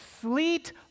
sleet